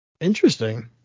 Interesting